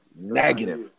Negative